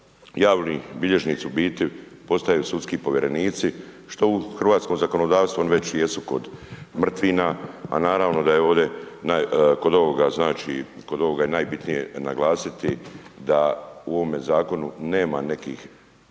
javni bilježnici u biti postaju sudski povjerenici, što u hrvatskom zakonodavstvu ovi već i jesu kod …/nerazumljivo/… a naravno da je ovde kod ovoga znači kod ovoga je najbitnije naglasiti da u ovome zakonu nema nekih